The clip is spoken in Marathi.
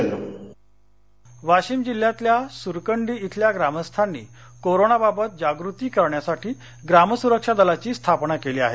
सुरकंडी वाशिम वाशिम जिल्ह्यातल्या सुरकंडी इथल्या ग्रामस्थांनी कोरोनाबाबत जागृती करण्यासाठी ग्रामसुरक्षा दलाची स्थापना केली आहे